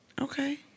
Okay